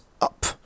up